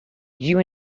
you